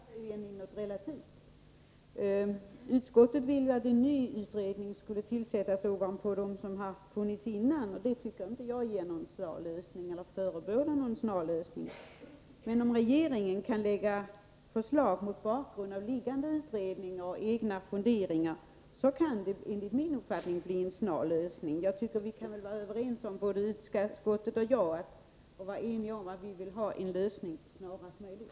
Herr talman! Jag skulle till Nils Carlshamre vilja säga att uttrycket ”snarast” är någonting relativt. Utskottet ville att en ny utredning skulle tillsättas ovanpå dem som arbetat tidigare. Det tycker jag inte ger en snabbare lösning. Men om regeringen kan lägga fram förslag på grundval av föreliggande utredningsförslag och på grundval av egna funderingar, kan det enligt min uppfattning bli en snar lösning. Jag tycker att utskottet och jag kan vara eniga om att vi vill ha en lösning snarast möjligt.